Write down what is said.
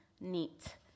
neat